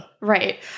Right